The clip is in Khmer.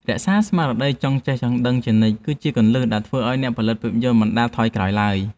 រក្សាស្មារតីចង់ចេះចង់ដឹងជានិច្ចគឺជាគន្លឹះដែលធ្វើឱ្យអ្នកផលិតភាពយន្តមិនដែលថយក្រោយ។